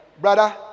brother